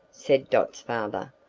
said dot's father,